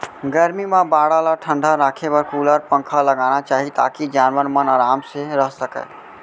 गरमी म बाड़ा ल ठंडा राखे बर कूलर, पंखा लगाना चाही ताकि जानवर मन आराम से रह सकें